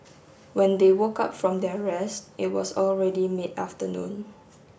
when they woke up from their rest it was already mid afternoon